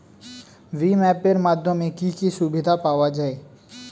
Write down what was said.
ভিম app এর মাধ্যমে কি কি সুবিধা পাওয়া যায়?